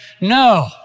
no